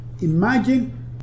Imagine